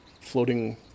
floating